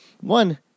One